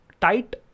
Tight